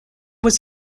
was